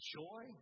joy